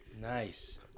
Nice